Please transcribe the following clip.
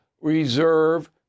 reserve